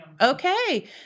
Okay